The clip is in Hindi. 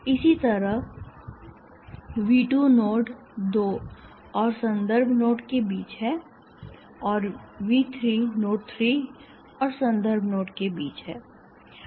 इसी तरह V2 नोड 2 और संदर्भ नोड के बीच है और V3 नोड 3 और संदर्भ नोड के बीच है